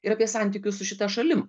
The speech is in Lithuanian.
ir apie santykius su šita šalim